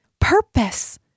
purpose